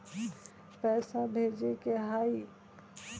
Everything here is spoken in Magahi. पैसा भेजे के हाइ?